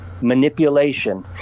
manipulation